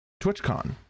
TwitchCon